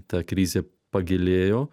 ta krizė pagilėjo